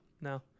No